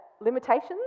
limitations